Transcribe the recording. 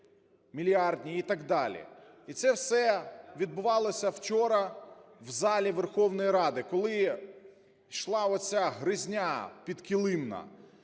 мільярдні і так далі. І це все відбувалось вчора в залі Верховної Ради, коли ішла оця "гризня" підкилимна